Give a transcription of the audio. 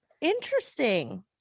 Interesting